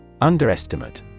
Underestimate